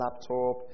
laptop